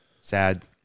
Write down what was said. Sad